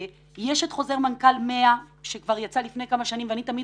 יש את חוזר מנכ"ל 100 שכבר יצא לפני כמה שנים ואני תמיד